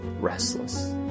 restless